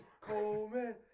Coleman